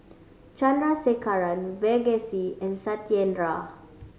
Chandrasekaran Verghese and Satyendra